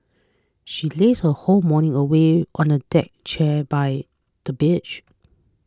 she lazed her whole morning away on a deck chair by the beach